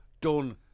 done